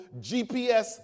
GPS